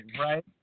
right